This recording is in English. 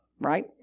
right